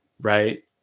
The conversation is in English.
right